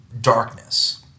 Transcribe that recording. darkness